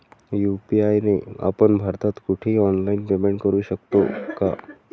UPI ने आपण भारतात कुठेही ऑनलाईन पेमेंट करु शकतो का?